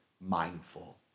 mindful